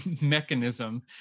mechanism